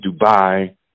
Dubai